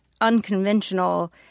unconventional